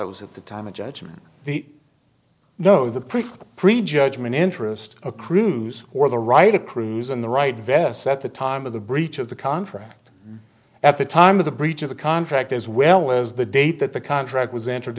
it was at the time of judgement the know the prick prejudgment interest accrues or the right accrues in the right vests at the time of the breach of the contract at the time of the breach of the contract as well as the date that the contract was entered